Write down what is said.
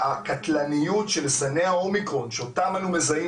שהקטלניות של זני האומיקרון שאותם אנו מזהים